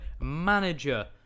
manager